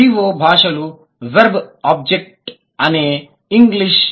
VO భాషలు verb objective అనేది English